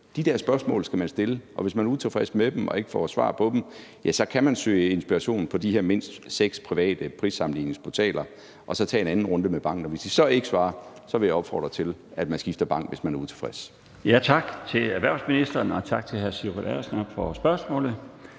De der spørgsmål skal man stille, og hvis man er utilfreds med svarene eller ikke får svar på spørgsmålene, så kan man søge inspiration på de her mindst seks private prissammenligningsportaler og så tage en anden runde med banken. Hvis de så ikke svarer, vil jeg opfordre til, at man skifter bank, altså hvis man er utilfreds. Kl. 14:55 Den fg. formand (Bjarne Laustsen): Tak til erhvervsministeren, og tak til hr. Sigurd Agersnap for spørgsmålet.